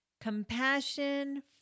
Compassion